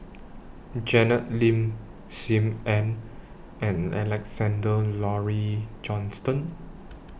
Janet Lim SIM Ann and Alexander Laurie Johnston